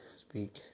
speak